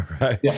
right